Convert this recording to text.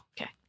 okay